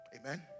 Amen